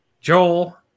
Joel